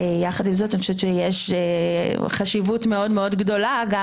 יחד עם זאת אני חושבת שיש חשיבות מאוד מאוד גדולה גם